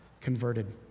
converted